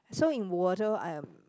so in water I'm